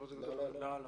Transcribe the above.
לא.